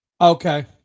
Okay